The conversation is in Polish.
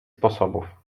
sposobów